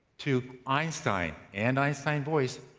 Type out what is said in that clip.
to einstein and einstein voice,